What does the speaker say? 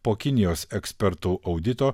po kinijos ekspertų audito